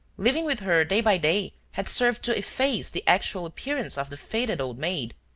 living with her day by day had served to efface the actual appearance of the faded old maid.